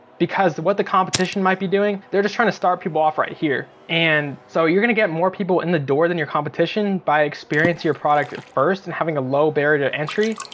because what the competition might be doing they're just trying to start people off right here. and so you're gonna get more people in the door than your competition by experiencing your product first and having a low barrier to entry.